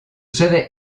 sede